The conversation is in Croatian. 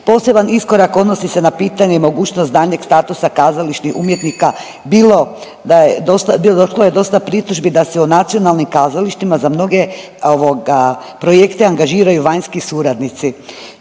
Poseban iskorak odnosi se na pitanje mogućnost daljnjeg statusa kazališnih umjetnika bilo da je dosta, bilo je došlo dosta pritužbi da se u nacionalni kazalištima za mnoge ovoga, projekte angažiraju vanjski suradnici